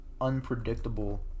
unpredictable